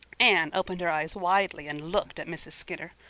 anne opened her eyes widely and looked at mrs. skinner.